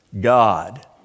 God